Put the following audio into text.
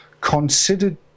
considered